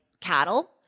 cattle